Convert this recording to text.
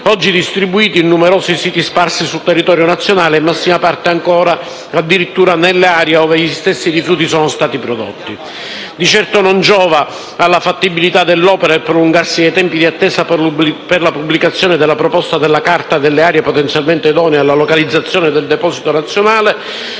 oggi distribuiti in numerosi siti sparsi sul territorio nazionale, in massima parte addirittura nelle aree dove gli stessi rifiuti sono stati prodotti. Di certo non giova alla fattibilità dell'opera il prolungarsi dei tempi di attesa per la pubblicazione della proposta della Carta delle aree potenzialmente idonee alla localizzazione del Deposito nazionale,